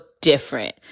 different